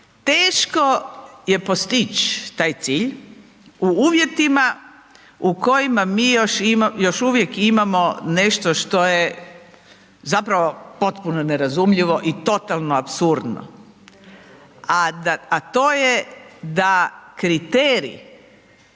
Teško je postići taj cilj, u uvjetima, u kojima mi još uvijek imamo nešto što je zapravo potpuno nerazumljivo i totalno apsurdno, a to je da kriterij